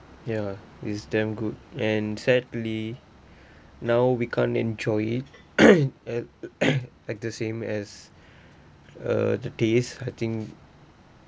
ya is damn good and sadly now we can't enjoy it at at the same as uh the taste I think